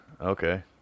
Okay